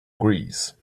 grease